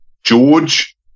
George